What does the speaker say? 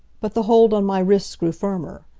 but the hold on my wrists grew firmer.